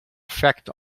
effect